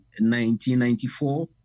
1994